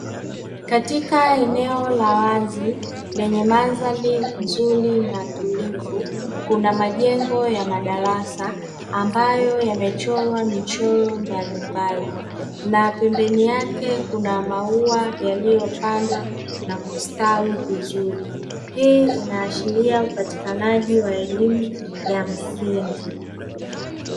Katika eneo la wazi lenye mandhari nzuri na tulivu kuna majengo ya madarasa ambayo yamechorwa michoro mbalimbali na pembeni yake kuna maua yaliyopandwa na kustawi vizuri. Hii inaashiria upatikanaji wa elimu ya msingi.